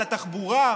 לתחבורה,